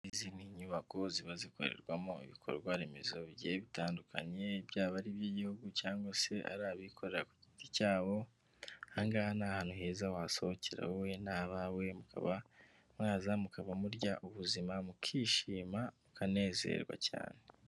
Inyubako ziba zikorerwamo ibikorwa remezo bitandukanye byaba ari iby'igihugu cyangwa se ari abikorera ku giti cyabo ahangaha ni ahantu heza wasohokera wowe n'abawe mukaba mwaza mukaba murya ubuzima mukishima mukanezerwa cyane.